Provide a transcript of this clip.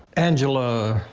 angela.